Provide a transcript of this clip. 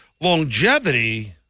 longevity